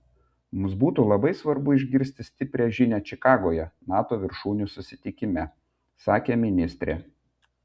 mums būtų labai svarbu išgirsti stiprią žinią čikagoje nato viršūnių susitikime sakė ministrė